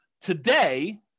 Today